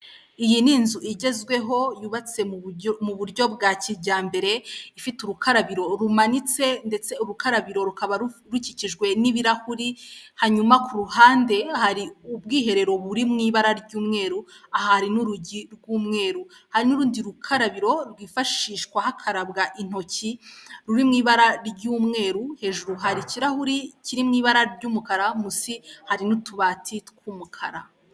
Iyi ni inzu igezweho yubatse mu buryo bwa kijyambere, ifite urukarabiro rumanitse ndetse urukarabiro rukaba rukikijwe n'ibirahuri. Hanyuma ku ruhande hari ubwiherero buri mu ibara ry'umweru, aha hari n'urugi rw'umweru. Hari n'urundi rukarabiro rwifashishwa hakarabwa intoki ruri mw' ibara ry'umweru, hejuru hari ikirahuri kiri mw' ibara ry'umukara, musi hari n'utubati tw'umukara.